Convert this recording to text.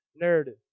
narrative